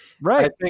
Right